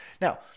Now